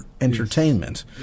entertainment